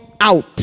out